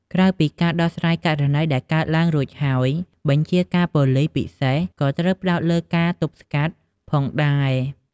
ក្រៅពីការដោះស្រាយករណីដែលកើតឡើងរួចហើយ បញ្ជាការប៉ូលិសពិសេសក៏ត្រូវផ្តោតលើការទប់ស្កាត់ផងដែរ។